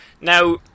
Now